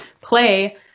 play